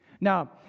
Now